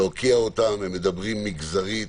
הם מדברים מגזרית,